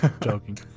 Joking